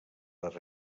les